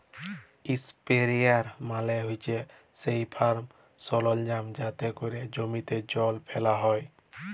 ইসপেরেয়ার মালে হছে সেই ফার্ম সরলজাম যাতে ক্যরে জমিতে জল ফ্যালা হ্যয়